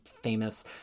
famous